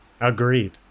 agreed